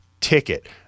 ticket